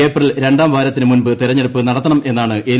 April രണ്ടാം വാരത്തിന് മുൻപ് തെരഞ്ഞെടുപ്പ് നടത്തണമെന്നാണ് എൽ